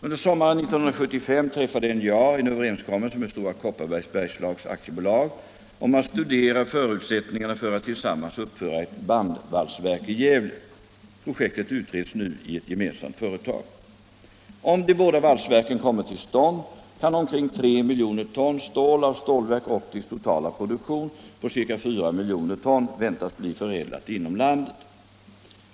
Under sommaren 1975 träffade NJA en överenskommelse med Stora Kopparbergs Bergslags AB om att studera förutsättningarna för att tillsammans uppföra ett bandvalsverk i Gävle. Projektet utreds nu i ett gemensamt företag. Om de båda valsverken kommer till stånd kan omkring 3 miljoner ton stål av Stålverk 80:s totala produktion på ca 4 miljoner ton väntas bli förädlat inom landet.